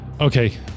Okay